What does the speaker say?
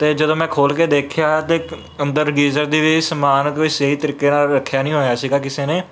ਅਤੇ ਜਦੋਂ ਮੈਂ ਖੋਲ੍ਹ ਕੇ ਦੇਖਿਆ ਤਾਂ ਅੰਦਰ ਗੀਜ਼ਰ ਦੀ ਵੀ ਸਮਾਨ ਕੋਈ ਸਹੀ ਤਰੀਕੇ ਨਾਲ ਰੱਖਿਆ ਨਹੀਂ ਹੋਇਆ ਸੀਗਾ ਕਿਸੇ ਨੇ